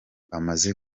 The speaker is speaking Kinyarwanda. amaze